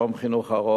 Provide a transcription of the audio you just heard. יום חינוך ארוך,